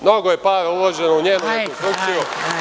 Mnogo je para uloženo u njenu rekonstrukciju.